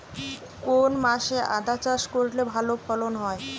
কোন মাসে আদা চাষ করলে ভালো ফলন হয়?